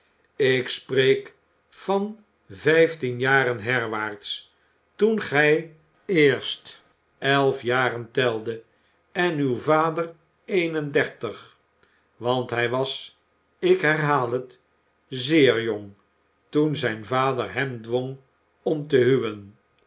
ik spreek van vijftien jaren herwaarts toen gij eerst elf jaren teldet en uw vader een en dertig want hij was ik herhaal het zeer jong toen zijn vader hem dwong om te huwen